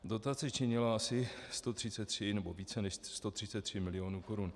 Dotace činila asi 133, nebo více než 133 milionů korun.